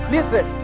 Listen